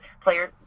players